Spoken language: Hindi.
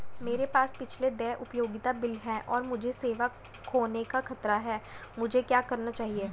मेरे पास पिछले देय उपयोगिता बिल हैं और मुझे सेवा खोने का खतरा है मुझे क्या करना चाहिए?